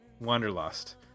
Wanderlust